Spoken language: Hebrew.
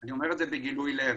אני אומר את זה בגילוי לב,